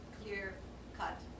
clear-cut